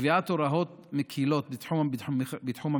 קביעת הוראות מקילות בתחום המכרזים,